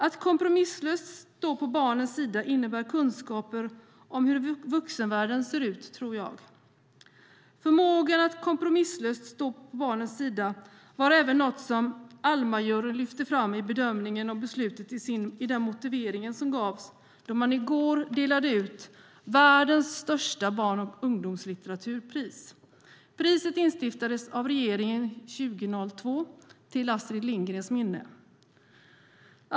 Att kompromisslöst stå på barnens sida innebär kunskaper om hur vuxenvärlden ser ut, tror jag. Förmågan att kompromisslöst stå på barnens sida var även något som Almajuryn lyfte fram i bedömningen och beslutet i den motivering som gavs när man i går delade ut världens största barn och ungdomslitteraturpris. Priset instiftades av regeringen 2002 till Astrid Lindgrens minne.